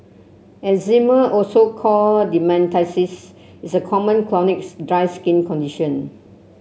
eczema also called dermatitis is a common chronic's dry skin condition